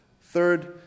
Third